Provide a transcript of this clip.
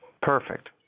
Perfect